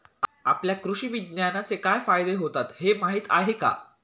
आपल्याला कृषी विज्ञानाचे काय फायदे होतात हे माहीत आहे का?